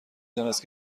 دانست